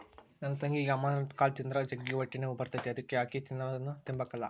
ನನ್ ತಂಗಿಗೆ ಅಮರಂತ್ ಕಾಳು ತಿಂದ್ರ ಜಗ್ಗಿ ಹೊಟ್ಟೆನೋವು ಬರ್ತತೆ ಅದುಕ ಆಕಿ ಅದುನ್ನ ತಿಂಬಕಲ್ಲ